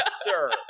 sir